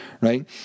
right